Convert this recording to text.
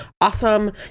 awesome